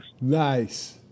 Nice